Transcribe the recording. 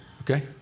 Okay